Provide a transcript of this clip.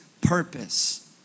purpose